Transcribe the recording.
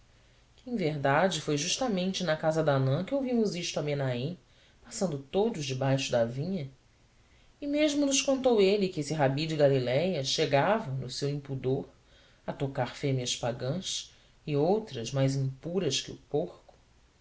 em verdade foi justamente na casa de hanão que ouvimos isto a menahem passeando todos debaixo da vinha e mesmo nos contou ele que esse rabi de galiléia chegava no seu impudor a tocar fêmeas pagás e outras mais impuras que o porco